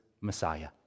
Messiah